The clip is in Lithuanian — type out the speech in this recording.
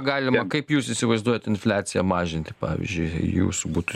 galima kaip jūs įsivaizduojat infliaciją mažinti pavyzdžiui jūsų butų